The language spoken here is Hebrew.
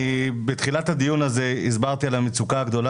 בתחילת הדיון הזה הסברתי על המצוקה הגדולה